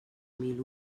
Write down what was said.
mil